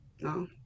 No